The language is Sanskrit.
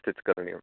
सूट् स्टिच् करणीयम्